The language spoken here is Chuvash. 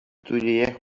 туллиех